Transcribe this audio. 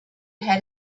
had